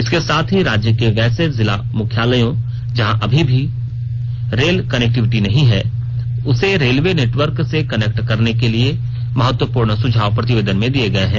इसके साथ ही राज्य के वैसे जिला मुख्यालयों जहां अभी तक रेल कनेक्टिविटी नहीं है उसे रेलवे नेटवर्क से कनेक्ट करने के लिए भी महत्वपूर्ण सुझाव प्रतिवेदन में दिये गये हैं